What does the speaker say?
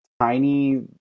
tiny